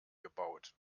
gebaut